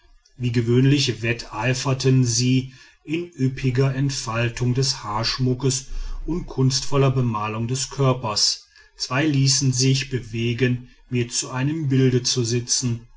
wie gewöhnlich wetteiferten sie in üppiger entfaltung des haarschmuckes und kunstvoller bemalung des körpers zwei ließen sich bewegen mir zu einem bild zu sitzen